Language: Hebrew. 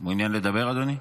מעוניין לדבר, אדוני?